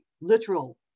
literal